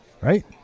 right